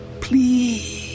Please